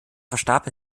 verstarb